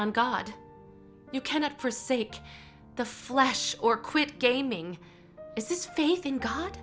on god you cannot for sake the flash or quit gaming is this faith in god